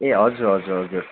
ए हजुर हजुर हजुर